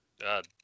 god